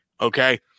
Okay